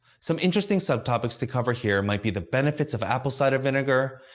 some interesting subtopics to cover here might be the benefits of apple cider vinegar.